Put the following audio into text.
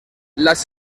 las